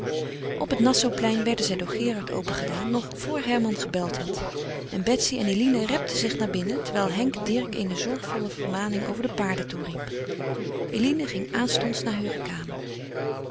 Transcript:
op het nassauplein werden zij door gerard opengedaan nog vor herman gebeld had en betsy en eline repten zich naar binnen terwijl henk dirk eene zorgvolle vermaning over de paarden toeriep eline ging aanstonds naar heure kamer